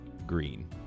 Green